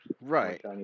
Right